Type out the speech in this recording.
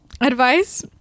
advice